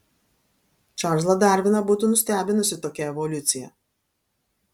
čarlzą darviną būtų nustebinusi tokia evoliucija